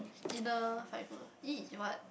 inner fiber E what